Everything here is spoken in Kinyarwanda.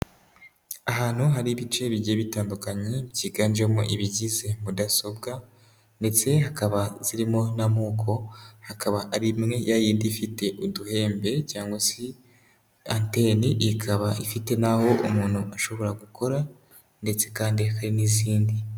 Ahantu hari ibice bigiye bitandukanye, byiganjemo ibigize mudasobwa ndetse hakaba zirimo n'amoko, hakaba ari imwe yayindi ifite uduhembe cyangwa se anteni, ikaba ifite n'aho umuntu ashobora gukora ndetse kandi hari n'izindi.